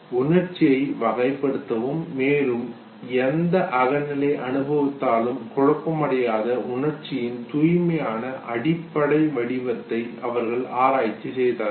உணர்ச்சியை வகைப்படுத்தவும் மேலும் எந்த அகநிலை அனுபவத்தாலும் குழப்பம் அடையாத உணர்ச்சியின் தூய்மையான அடிப்படை வடிவத்தை அவர்கள் ஆராய்ச்சி செய்தார்கள்